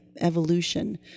evolution